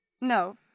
No